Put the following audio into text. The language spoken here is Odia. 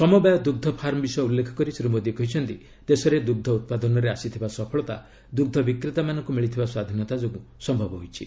ସମବାୟ ଦୁଗ୍ମ ଫାର୍ମ ବିଷୟ ଉଲ୍ଲେଖ କରି ଶ୍ରୀ ମୋଦୀ କହିଛନ୍ତି ଦେଶରେ ଦୁଗ୍ମ ଉତ୍ପାଦନରେ ଆସିଥିବା ସଫଳତା ଦୁଗ୍ଧ ବିକ୍ରେତାମାନଙ୍କୁ ମିଳିଥିବା ସ୍ୱାଧୀନତା ଯୋଗୁଁ ସମ୍ଭବ ହୋଇଛି